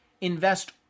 Invest